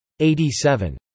87